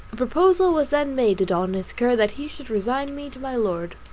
proposal was then made to don issachar that he should resign me to my lord.